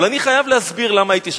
אבל אני חייב להסביר למה הייתי שם.